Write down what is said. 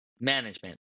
management